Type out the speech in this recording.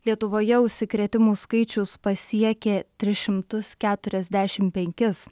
lietuvoje užsikrėtimų skaičius pasiekė tris šimtus keturiasdešimt penkis